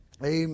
Amen